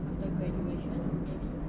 after graduation maybe